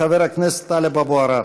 חבר הכנסת טלב אבו עראר.